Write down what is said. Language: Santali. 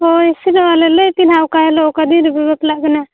ᱦᱳᱭ ᱥᱩᱫᱩ ᱞᱟᱹᱭ ᱯᱮᱦᱟᱸᱜ ᱚᱠᱟ ᱦᱤᱞᱳᱜ ᱚᱠᱟ ᱫᱤᱱ ᱨᱮᱯᱮ ᱵᱟᱯᱞᱟᱜ ᱠᱟᱱᱟ